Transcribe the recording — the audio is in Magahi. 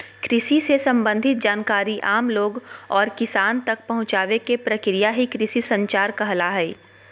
कृषि से सम्बंधित जानकारी आम लोग और किसान तक पहुंचावे के प्रक्रिया ही कृषि संचार कहला हय